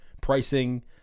pricing